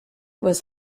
was